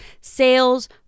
sales